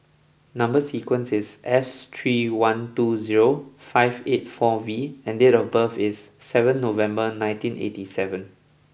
number sequence is S three one two zero five eight four V and date of birth is seven November nineteen eighty seven